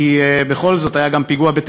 המשיך לפיגועי